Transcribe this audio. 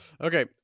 Okay